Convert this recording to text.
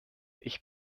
ich